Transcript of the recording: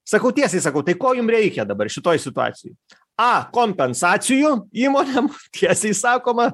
sakau tiesiai sakau tai ko jum reikia dabar šitoj situacijoj a kompensacijų imonėm tiesiai sakoma